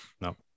No